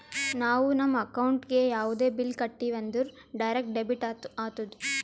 ನಾವು ನಮ್ ಅಕೌಂಟ್ಲೆ ಯಾವುದೇ ಬಿಲ್ ಕಟ್ಟಿವಿ ಅಂದುರ್ ಡೈರೆಕ್ಟ್ ಡೆಬಿಟ್ ಆತ್ತುದ್